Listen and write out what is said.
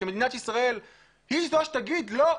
שמדינת ישראל היא זו שתגיד לא,